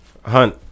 Hunt